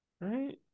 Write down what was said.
Right